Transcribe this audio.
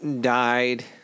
died